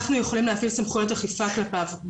אנחנו יכולים להפעיל סמכויות אכיפה כלפיו,